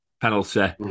penalty